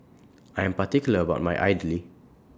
I Am particular about My Idly